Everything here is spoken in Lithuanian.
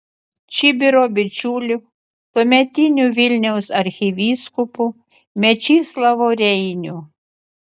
čibiro bičiuliu tuometiniu vilniaus arkivyskupu mečislovu reiniu